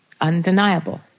undeniable